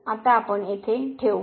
आता आपण येथे ठेवू